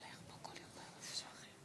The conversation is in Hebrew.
חברת הכנסת מיכל רוזין, בבקשה.